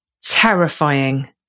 terrifying